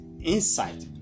insight